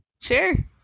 Sure